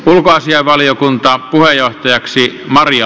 ulkoasianvaliokuntaa puheenjohtajaksi ja maria